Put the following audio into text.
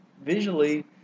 visually